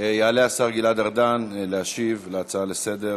לפעול כדי לנסות ולהקל את המצוקה הזאת,